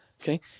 Okay